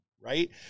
right